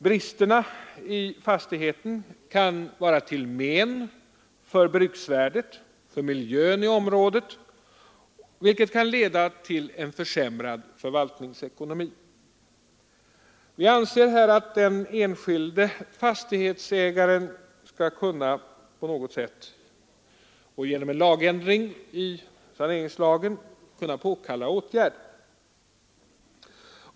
Bristerna i fastigheten kan vara till men för bruksvärdet, för miljön i området, vilket kan leda till en försämrad förvaltningsekonomi. Vi anser att den enskilde fastighetsägaren på något sätt, genom en lagändring i saneringslagen, skall kunna påkalla åtgärd.